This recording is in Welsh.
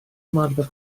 ymarfer